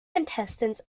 contestants